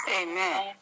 Amen